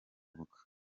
avuka